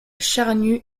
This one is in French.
charnue